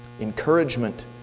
Encouragement